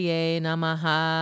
Namaha